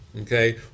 okay